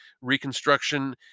reconstruction